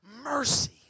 mercy